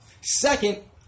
Second